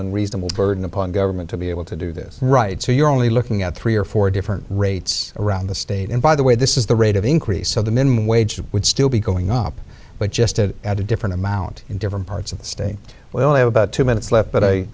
a reasonable burden upon government to be able to do this right so you're only looking at three or four different rates around the state and by the way this is the rate of increase so the minimum wage would still be going up but just to add a different amount in different parts of the state well how about two minutes left but i